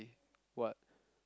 what